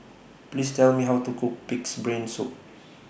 Please Tell Me How to Cook Pig'S Brain Soup